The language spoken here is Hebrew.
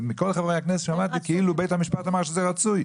מכל חברי הכנסת שמעתי כאילו בית המשפט אמר שזה רצוי.